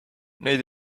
neid